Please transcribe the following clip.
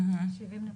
שבעים נקודות.